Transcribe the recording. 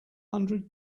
hundred